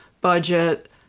budget